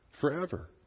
forever